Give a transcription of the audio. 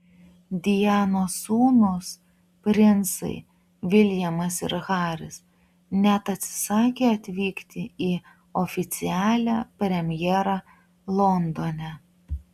dianos sūnūs princai viljamas ir haris net atsisakė atvykti į oficialią premjerą londone